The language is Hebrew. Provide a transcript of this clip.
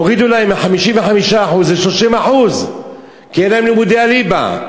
הורידו להם מ-55% ל-30% כי אין להם לימודי ליבה.